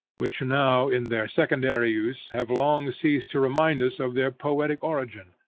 which now, in their secondary use, have long ceased to remind us of their poetic origin.